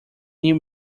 new